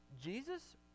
Jesus